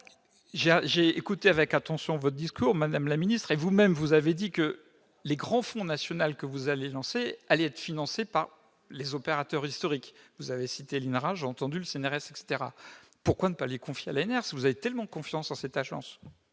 J'ai écouté avec attention votre discours, madame la ministre : vous avez dit vous-même que les grands fonds nationaux que vous alliez lancer allaient être financés par les opérateurs historiques- vous avez cité l'INRIA, le CNRS, etc. Pourquoi ne pas les confier à l'ANR, si vous avez tant confiance en cette agence ?